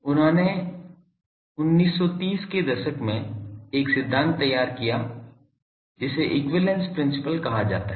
उन्होंने 1930 के दशक में एक सिद्धांत तैयार किया जिसे एक्विवैलेन्स प्रिंसिपल कहा जाता है